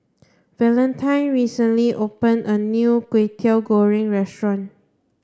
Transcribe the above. Valentine recently opened a new Kway Teow Goreng restaurant